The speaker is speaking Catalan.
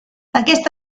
aquest